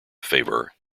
favour